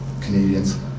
Canadians